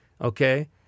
Okay